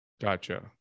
Gotcha